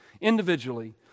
Individually